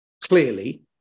clearly